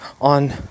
on